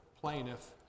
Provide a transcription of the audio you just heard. plaintiff